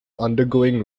undergoing